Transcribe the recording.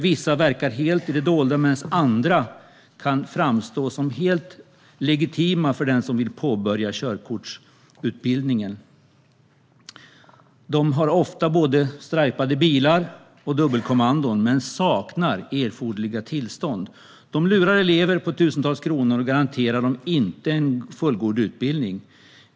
Vissa verkar helt i det dolda medan andra kan framstå som helt legitima för den som vill påbörja körkortsutbildningen. De har ofta både strajpade bilar och dubbelkommando men saknar erforderliga tillstånd. De lurar elever på tusentals kronor och garanterar dem inte en fullgod utbildning.